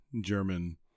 german